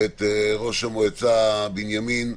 ראש מועצת בנימין,